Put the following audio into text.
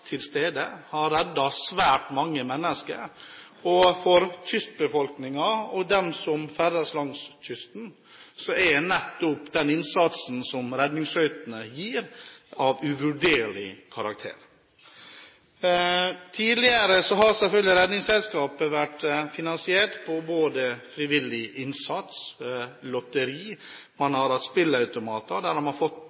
til stede og reddet svært mange mennesker, og for kystbefolkningen og dem som ferdes langs kysten, er nettopp den innsatsen som redningsskøytene gir, av uvurderlig karakter. Tidligere har Redningsselskapet vært finansiert ved både frivillig innsats, lotteri, man